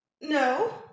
No